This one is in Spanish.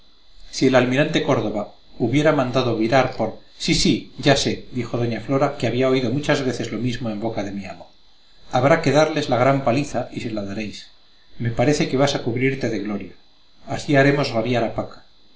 si el almirante córdova hubiera mandado virar por sí sí ya sé dijo doña flora que había oído muchas veces lo mismo en boca de mi amo habrá que darles la gran paliza y se la daréis me parece que vas a cubrirte de gloria así haremos rabiar a paca